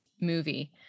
movie